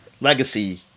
Legacy